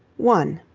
one